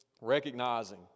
recognizing